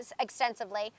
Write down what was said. extensively